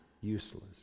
Useless